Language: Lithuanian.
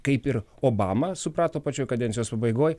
kaip ir obama suprato pačioj kadencijos pabaigoj